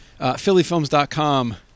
phillyfilms.com